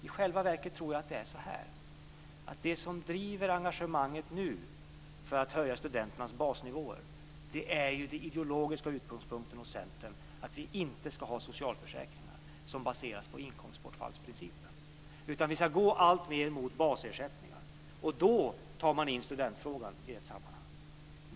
I själva verket tror jag att det som nu driver engagemanget för att höja studenternas basnivåer är den ideologiska utgångspunkten hos Centern att vi inte ska ha socialförsäkringar som baseras på inkomstbortfallsprincipen, utan vi ska alltmer gå mot basersättningar. Då tar man in studentfrågan i ett sammanhang.